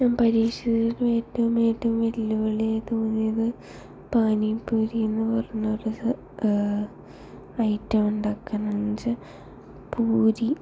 ഞാൻ പരീക്ഷണത്തിൽ ഏറ്റവും വെല്ലുവിളിയായി തോന്നിയത് പാനി പൂരി എന്ന് പറഞ്ഞ ഒരു സ ഐറ്റം ഉണ്ടാക്കാൻ അഞ്ച് പൂരി